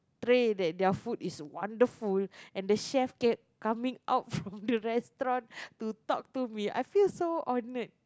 ~tray that their food is wonderful and the chef kept coming out from the restaurant to talk to me I feel so honoured